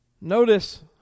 Notice